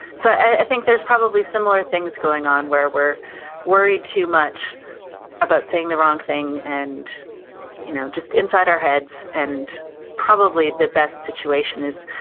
so, i think there's probably similar things going on where we're worried too much about saying the wrong thing and you know just inside our heads and probably the best situation is,